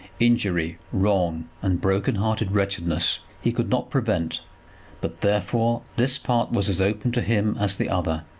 injury, wrong, and broken-hearted wretchedness, he could not prevent but, therefore, this part was as open to him as the other.